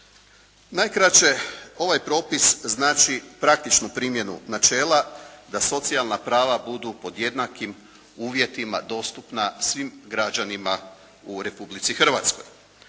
Najkraće ovaj propis znači praktičnu primjenu načela da socijalna prava budu pod jednakim uvjetima dostupna svim građanima u Republici Hrvatskoj.